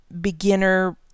beginner